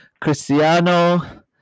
Cristiano